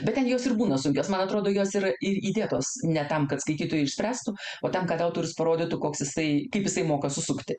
bet ten jos ir būna sunkios man atrodo jos yra ir įdėtos ne tam kad skaitytojai išspręstų o tam kad autorius parodytų koks jisai kaip jisai moka susukti